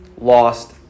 lost